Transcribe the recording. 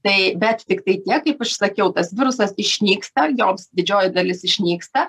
tai bet tiktai tiek kaip išsakiau tas virusas išnyksta joms didžioji dalis išnyksta